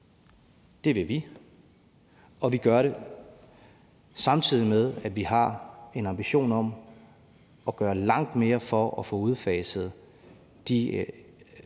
Det vil vi. Og vi gør det, samtidig med at vi har en ambition om at gøre langt mere for at få udfaset de